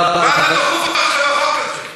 מה זה דחוף עכשיו, החוק הזה?